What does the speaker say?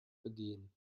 begehen